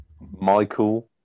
Michael